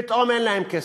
פתאום אין להם כסף.